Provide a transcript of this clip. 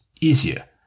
easier